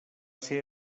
ser